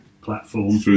platform